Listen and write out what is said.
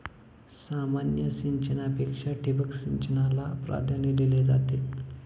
सामान्य सिंचनापेक्षा ठिबक सिंचनाला प्राधान्य दिले जाते